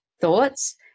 thoughts